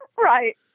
Right